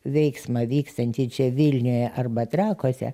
veiksmą vyksiantį čia vilniuje arba trakuose